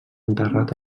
enterrat